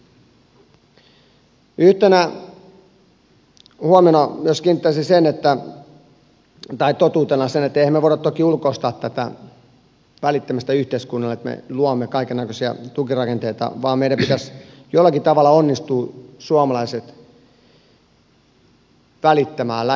yhtenä totuutena myös kiinnittäisin huomiota siihen että emmehän me voi toki ulkoistaa tätä välittämistä yhteiskunnalle että me luomme kaikennäköisiä tukirakenteita vaan meidän pitäisi jollakin tavalla onnistua saamaan suomalaiset välittämään lähimmäisestään